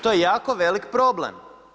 To je jako velik problem.